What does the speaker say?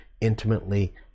intimately